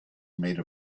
made